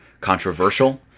controversial